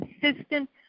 consistent